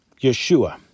Yeshua